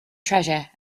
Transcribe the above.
treasure